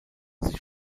sich